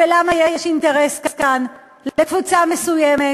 ולמה יש כאן אינטרס לקבוצה מסוימת